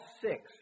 six